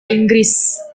inggris